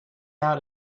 out